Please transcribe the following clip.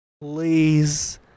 please